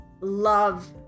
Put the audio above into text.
love